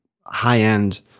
high-end